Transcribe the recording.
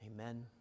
Amen